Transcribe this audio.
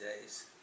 days